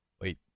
Wait